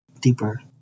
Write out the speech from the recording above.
deeper